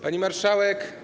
Pani Marszałek!